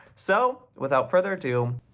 so without further ado.